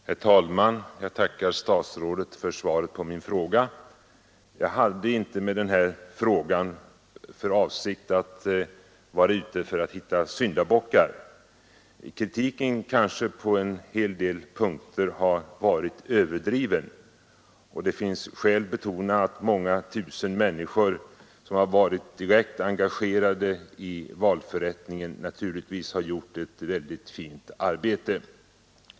Herr talman! Jag tackar statsrådet för svaret på min fråga. Jag hade inte med den här frågan för avsikt att försöka hitta syndabockar. Kritiken har kanske på en hel del punkter varit överdriven, och det finns skäl betona att många tusen människor, som varit direkt engagerade i valförrättningen, naturligtvis har gjort ett väldigt fint arbete.